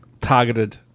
targeted